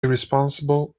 irresponsible